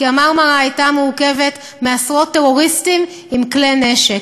כי ב"מרמרה" היו עשרות טרוריסטים עם כלי נשק.